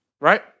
right